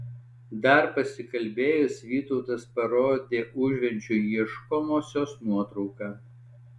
dar pasikalbėjus vytautas parodė užvenčiui ieškomosios nuotrauką